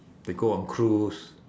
they go on cruise